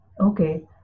okay